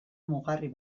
mugarri